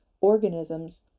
organisms